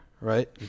right